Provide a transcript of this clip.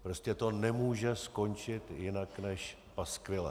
Prostě to nemůže skončit jinak než paskvilem.